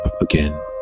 again